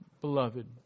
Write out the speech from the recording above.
beloved